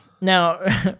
now